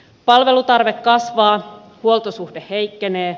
palvelutarve kasvaa huoltosuhde heikkenee